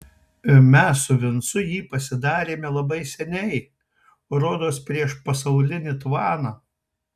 mes su vincu jį pasidarėme labai seniai rodos prieš pasaulinį tvaną